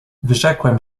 wyrzekłem